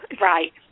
Right